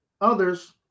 others